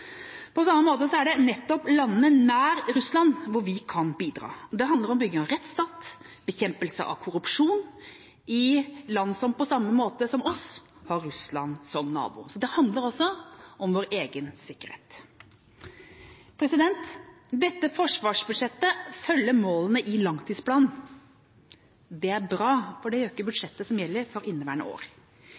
på. På samme måte er det nettopp i landene nær Russland vi kan bidra. Det handler om bygging av rettsstat og om bekjempelse av korrupsjon i land som på samme måte som oss har Russland som nabo. Så det handler også om vår egen sikkerhet. Dette forsvarsbudsjettet følger målene i langtidsplanen. Det er bra, for det gjør ikke budsjettet som gjelder for inneværende år.